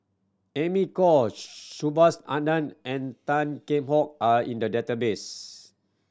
Amy Khor Subhas Anandan and Tan Kheam Hock are in the database